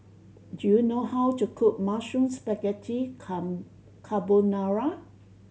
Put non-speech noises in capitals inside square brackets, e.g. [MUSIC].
do you know how to cook Mushroom Spaghetti [UNINTELLIGIBLE] Carbonara